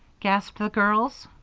gasped the girls.